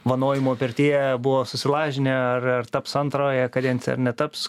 vanojimo pirtyje buvo susilažinę ar ar taps antroje kadencijoj ar netaps